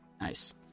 Nice